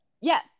Yes